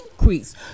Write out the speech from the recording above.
increase